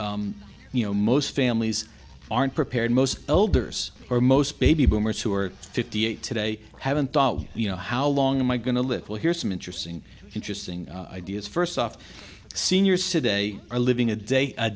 day you know most families aren't prepared most elders or most baby boomers who are fifty eight today haven't thought you know how long am i going to little here's some interesting interesting ideas first off seniors cidade are living a day a